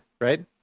right